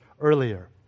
earlier